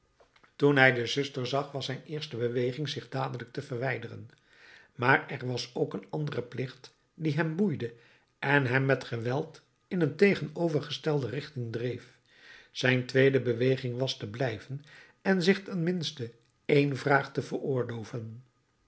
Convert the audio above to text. toen hij de zuster zag was zijn eerste beweging zich dadelijk te verwijderen maar er was ook een andere plicht die hem boeide en hem met geweld in een tegenovergestelde richting dreef zijn tweede beweging was te blijven en zich ten minste een vraag te veroorloven